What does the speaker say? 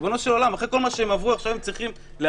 ריבונו של עולם אחרי כל מה שהם עברו הם צריכים להרגיש